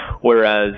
whereas